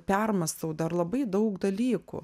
permąstau dar labai daug dalykų